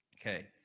Okay